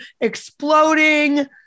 exploding